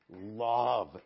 Love